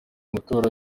matora